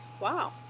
wow